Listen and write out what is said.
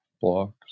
blocks